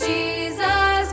Jesus